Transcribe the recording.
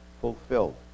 fulfilled